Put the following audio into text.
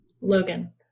Logan